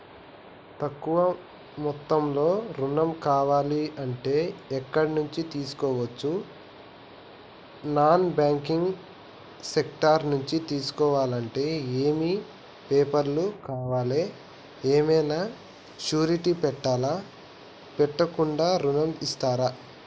తక్కువ మొత్తంలో ఋణం కావాలి అంటే ఎక్కడి నుంచి తీసుకోవచ్చు? నాన్ బ్యాంకింగ్ సెక్టార్ నుంచి తీసుకోవాలంటే ఏమి పేపర్ లు కావాలి? ఏమన్నా షూరిటీ పెట్టాలా? పెట్టకుండా ఋణం ఇస్తరా?